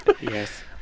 Yes